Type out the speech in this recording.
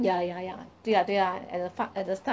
ya ya ya 对啦对啦 at the fart at the start